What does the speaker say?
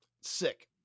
Sick